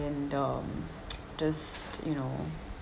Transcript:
and um just you know